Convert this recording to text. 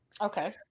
Okay